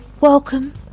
welcome